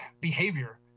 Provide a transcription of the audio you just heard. behavior